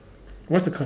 what's the co~